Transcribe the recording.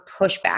pushback